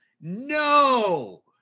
No